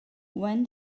when